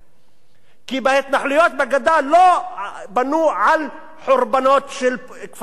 כי בהתנחלויות בגדה לא בנו על חורבנות של כפרים פלסטיניים